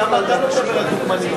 פואד, למה אתה לא, לדוגמנית?